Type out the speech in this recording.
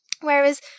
Whereas